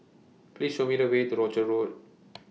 Please Show Me The Way to Rochor Road